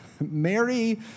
Mary